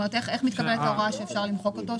איך מתקבלת ההוראה שאפשר למחוק אותו,